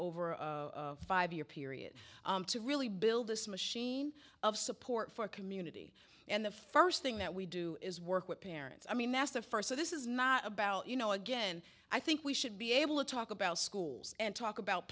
over a five year period to really build this machine of support for community and the first thing that we do is work with parents i mean that's the first so this is not about you know again i think we should be able to talk about schools and talk about